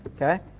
okay.